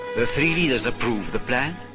the three leaders approved the plan.